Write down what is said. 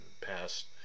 past